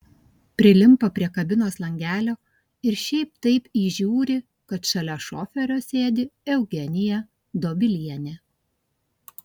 prilimpa prie kabinos langelio ir šiaip taip įžiūri kad šalia šoferio sėdi eugenija dobilienė